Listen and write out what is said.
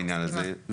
בעניין הזה.